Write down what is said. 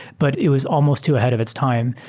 but it was almost too ahead of its time.